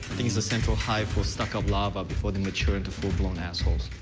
think it's a central hive for stuck up larva before they mature into full blown assholes.